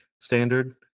standard